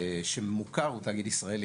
שמוכר הוא תאגיד ישראלי.